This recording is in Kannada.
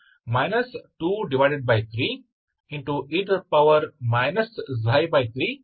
v 23e 3C1 ನೀಡುತ್ತದೆ